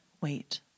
Wait